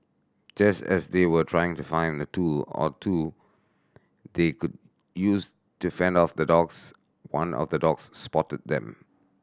just as they were trying to find a tool or two they could use to fend off the dogs one of the dogs spotted them